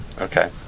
Okay